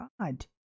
God